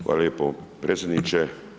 Hvala lijepo predsjedniče.